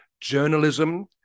journalism